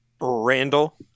Randall